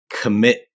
commit